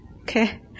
Okay